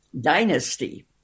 dynasty